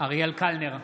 אריאל קלנר,